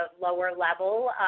lower-level